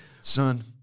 son